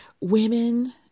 women